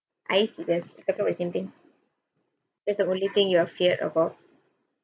I see there's the same thing that's the only thing you have fear about